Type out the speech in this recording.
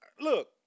look